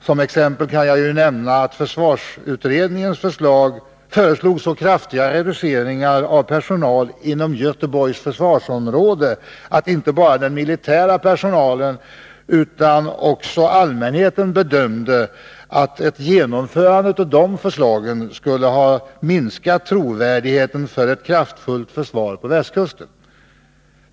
Som exempel kan jag nämna att försvarsutredningen föreslog så kraftiga reduceringar av personal inom Göteborgs försvarsområde att inte bara den militära personalen utan också allmänheten bedömde att ett genomförande av förslagen skulle ha minskat tilltron till ett kraftfullt försvar på västkusten.